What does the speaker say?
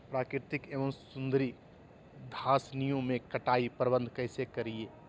प्राकृतिक एवं सुधरी घासनियों में कटाई प्रबन्ध कैसे करीये?